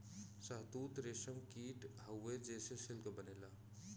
शहतूत रेशम कीट हउवे जेसे सिल्क बनेला